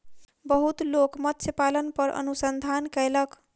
बहुत लोक मत्स्य पालन पर अनुसंधान कयलक